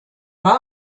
war